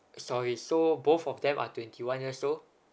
sorry so both of them are twenty one years old